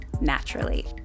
naturally